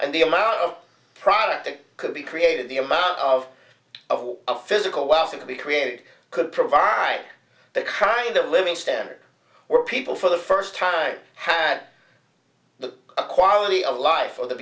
and the amount of product that could be created the amount of of a physical wasn't to be created could provide that kind of living standard where people for the first time had the quality of life or the